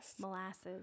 Molasses